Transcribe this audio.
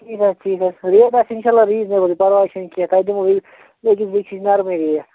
ٹھیٖک حظ ٹھیٖک حظ ریٹ آسہِ اِنشاءللہ ریٖزِنیبُل پرواے چھُنہٕ کیٚنٛہہ تۄہہِ دِمہو ییٚتہِ وُچھ نَرمٕے ریٹ